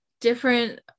different